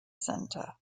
center